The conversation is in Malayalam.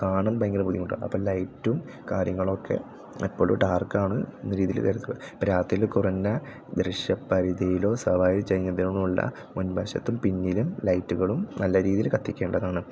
കാണാൻ ഭയങ്കര ബുദ്ധിമുട്ടാണ് അപ്പം ലൈറ്റും കാര്യങ്ങളൊക്കെ എപ്പോഴും ഡാർക്കാണ് എന്ന രീതിക്ക് കരുതുക അപ്പം രാത്രിയിൽ കുറഞ്ഞ ദൃശ്യ പരിധിയിലോ സവാരി ചെയ്യുന്നതിനുള്ള മുൻവശത്തും പിന്നിലും ലൈറ്റുകളും നല്ല രീതിയിൽ കത്തിക്കേണ്ടതാണ്